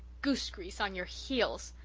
goose-grease on your heels!